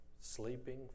sleeping